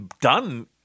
done